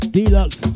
Deluxe